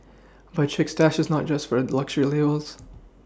but Chic Stash is not just for luxury labels